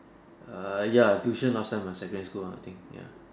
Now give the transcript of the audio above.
err ya tuition last time lah secondary school uh I think ya